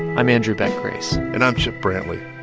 i'm andrew beck grace and i'm chip brantley